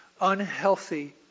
unhealthy